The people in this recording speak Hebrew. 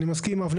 אני מסכים עם אבנר.